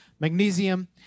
Magnesium